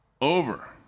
Over